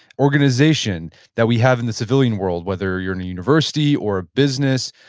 organization that we have in the civilian world. whether you're in university, or business,